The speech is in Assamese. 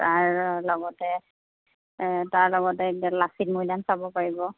তাৰ লগতে তাৰ লগতে লাচিত মৈদাম চাব পাৰিব